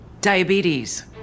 Diabetes